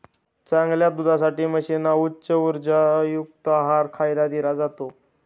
चांगल्या दुधासाठी म्हशींना उच्च उर्जायुक्त आहार खायला दिला जातो